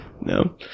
No